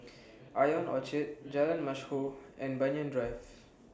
Ion Orchard Jalan Mashhor and Banyan Drive